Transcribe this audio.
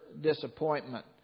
disappointment